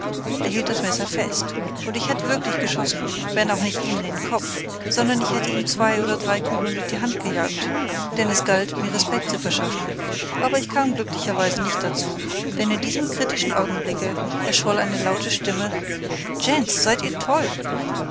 hielt das messer fest und ich hätte wirklich geschossen wenn auch nicht ihm in den kopf sondern ich hätte ihm zwei oder drei kugeln durch die hand gejagt denn es galt mir respekt zu verschaffen aber ich kam glücklicherweise nicht dazu denn in diesem kritischen augenblicke erscholl eine laute stimme gents seid ihr toll